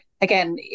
again